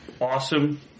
awesome